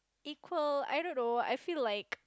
equal I don't know I feel like